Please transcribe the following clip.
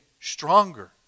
stronger